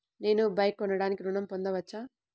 నేను బైక్ కొనటానికి ఋణం పొందవచ్చా?